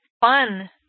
fun